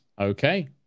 Okay